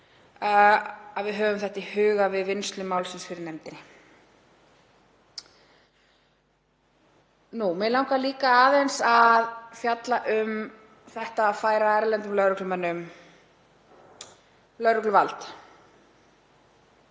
að við höfum þetta í huga við vinnslu málsins í nefndinni. Mig langar líka aðeins að fjalla um það atriði að færa erlendum lögreglumönnum lögregluvald.